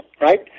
right